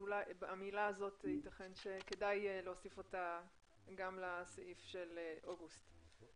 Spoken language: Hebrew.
יתכן שכדאי להוסיף את המילה הזאת גם לסעיף של אוגוסט.